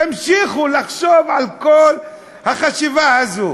תמשיכו לחשוב את כל החשיבה הזאת.